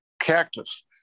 cactus